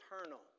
eternal